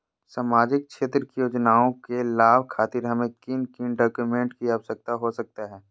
सामाजिक क्षेत्र की योजनाओं के लाभ खातिर हमें किन किन डॉक्यूमेंट की आवश्यकता हो सकता है?